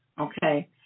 Okay